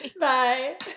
Bye